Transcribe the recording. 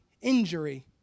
injury